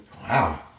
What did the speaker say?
Wow